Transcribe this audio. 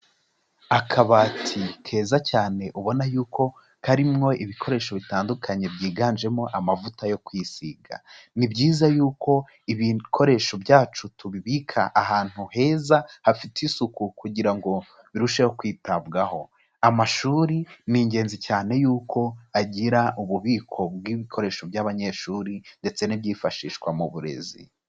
Akabati keza cyane ubona yuko karimwo ibikoresho bitandukanye byiganjemo amavuta yo kwisiga, ni byiza yuko ibikoresho byacu tubibika ahantu heza hafite isuku kugira ngo birusheho kwitabwaho, amashuri ni ingenzi cyane yuko agira ububiko bw'ibikoresho by'abanyeshuri ndetse n'ibyifashishwa mu burezi.